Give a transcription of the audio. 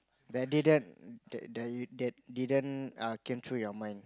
that didn't that didn't uh came through your mind